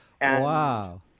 Wow